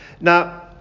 now